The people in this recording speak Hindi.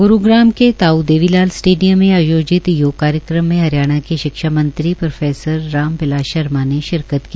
ग्रूग्राम के ताऊ देवी लाल स्टेडियम में आयोजित योग कार्यक्रम में हरियाणा के शिक्षा मंत्री राम बिलास शर्मा ने शिरकत की